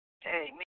Hey